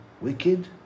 wicked